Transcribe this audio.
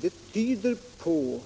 Det tyder på